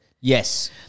Yes